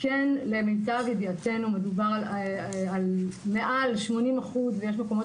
שלמיטב ידיעתנו מדובר על מעל ל-80% - ויש מקומות